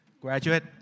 graduate